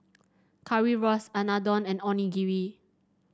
Currywurst Unadon and Onigiri